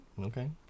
Okay